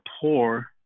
poor